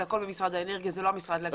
זה הכול במשרד האנרגיה ולא במשרד להגנת הסביבה.